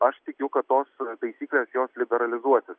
aš tikiu kad tos taisyklės jos liberalizuosis